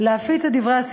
להפיץ את דברי השטנה,